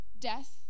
death